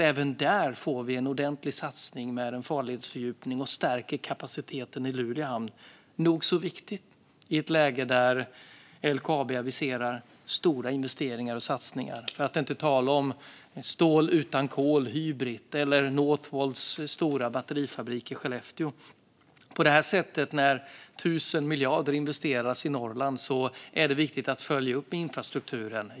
Även där får vi alltså en ordentlig satsning på en farledsfördjupning, vilket stärker kapaciteten i Luleå hamn. Detta är nog så viktigt i ett läge där LKAB aviserar stora investeringar och satsningar - för att inte tala om stål utan kol, Hybrit, och Northvolts stora batterifabrik i Skellefteå. När tusen miljarder investeras i Norrland är det viktigt att följa upp infrastrukturen.